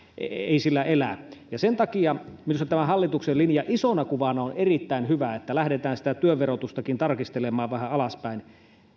ei sillä elä sen takia minusta tämä hallituksen linja isona kuvana on erittäin hyvä että lähdetään sitä työnkin verotusta tarkistelemaan vähän alaspäin